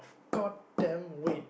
god damn weight